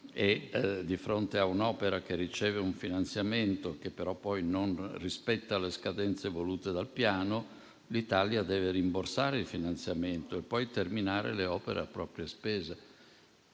di fronte a un'opera che riceve un finanziamento, che però poi non rispetta le scadenze volute dal piano, l'Italia dovrà rimborsare il finanziamento e poi terminare le opere a proprie spese.